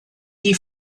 die